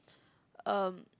um